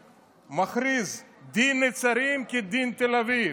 מכריז: "דין נצרים כדין תל אביב".